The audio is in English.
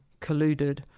colluded